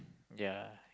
ya